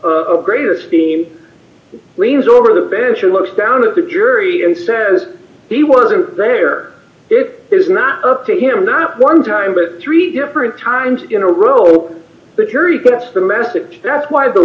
a greater steam leans over the bench and looks down at the jury and says he wasn't there it is not up to him not one time or three different times in a row the jury gets the message that's why the